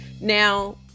Now